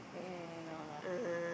mmhmm mmhmm no lah